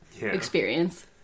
experience